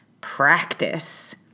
practice